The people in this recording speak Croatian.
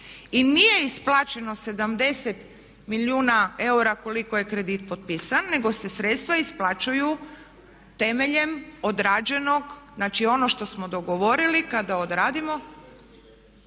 I nije isplaćeno 70 milijuna eura koliko je kredit potpisan nego se sredstva isplaćuju temeljem odrađenog, znači ono što smo dogovorili kada odradimo